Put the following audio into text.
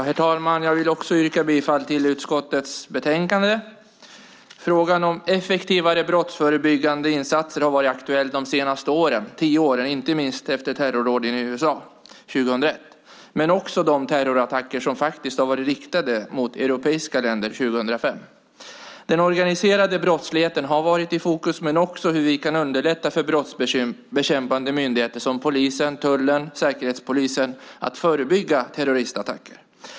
Herr talman! Jag yrkar också bifall till utskottets förslag. Frågan om effektivare brottsförebyggande insatser har varit aktuell de senaste tio åren, inte minst efter terrordåden i USA 2001 men också de terrorattacker som faktiskt riktades mot europeiska länder 2005. Den organiserade brottsligheten har varit i fokus och också hur vi kan underlätta för brottsbekämpande myndigheter som polisen, tullen och säkerhetspolisen att förebygga terroristattacker.